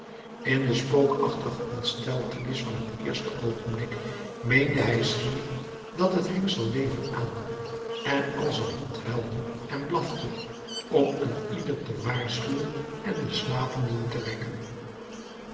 in de spookachtige ontsteltenis van t eerste oogenblik meende hij schier dat het hengsel leven aannam en als een hond huilde en blafte om een ieder te waarschuwen en de slapenden te wekken